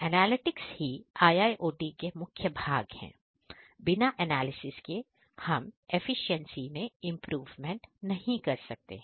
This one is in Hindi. एनालिटिक्स ही IIOT के मुख्य भाग है बिना एनालिसिस के हम एफिशिएंसी में इंप्रूवमेंट नहीं कर सकते हैं